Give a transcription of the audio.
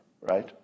Right